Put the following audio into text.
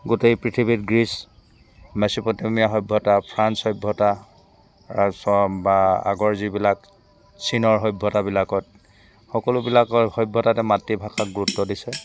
গোটেই পৃথিৱী গ্ৰীচ মেচ'পট্টমীয়া সভ্যতা ফ্ৰান্স সভ্যতা তাৰপিছত বা আগৰ যিবিলাক চীনৰ সভ্যতাবিলাকত সকলোবিলাক সভ্যতাতে মাতৃভাষাক গুৰুত্ব দিছে